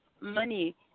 money